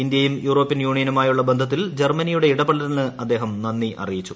ഇന്ത്യയും യൂറോപ്യൻ യൂണിയനുമായുള്ള ബന്ധത്തിൽ ജർമ്മനിയുടെ ഇടപെടലിന് അദ്ദേഹം നന്ദി അറിയിച്ചു